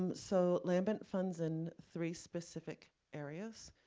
um so lambent funds in three specific areas,